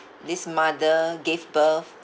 this mother gave birth